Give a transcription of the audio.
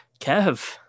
Kev